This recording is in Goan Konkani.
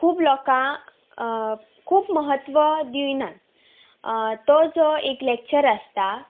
खूब लोकांक खूब म्हत्व दिवनात तो जो एक लॅक्चर आसता